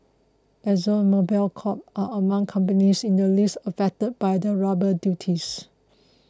Exxon Mobil Corp are among companies in the list affected by the rubber duties